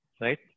Right